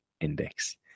index